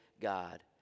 God